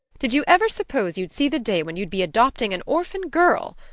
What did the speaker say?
did you ever suppose you'd see the day when you'd be adopting an orphan girl?